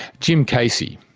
jim casey.